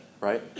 right